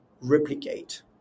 replicate